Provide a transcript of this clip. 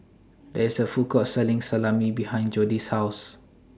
There IS A Food Court Selling Salami behind Jody's House